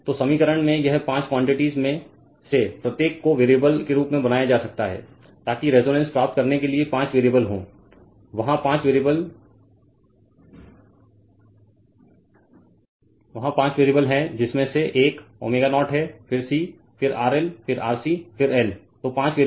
तो समीकरण में यह पांच क्वान्टिटीज़ में से प्रत्येक को वेरिएबल के रूप में बनाया जा सकता है ताकि रेजोनेंस प्राप्त करने के लिए पाँच वेरिएबल हों वहां पाँच वेरिएबल हैं वहां पाँच वेरिएबल हैं जिसमे से एक ω0 हैं फिर C फिर RL फिर RC फिर L तो पाँच वेरिएबल हैं